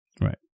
Right